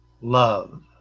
love